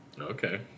okay